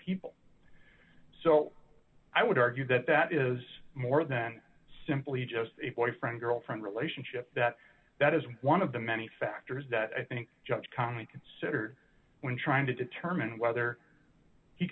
people so i would argue that that is more than simply just a boyfriend girlfriend relationship that that is one of the many factors that i think judge calmly considered when trying to determine whether he